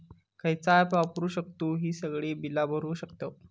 खयचा ऍप वापरू शकतू ही सगळी बीला भरु शकतय?